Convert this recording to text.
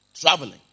traveling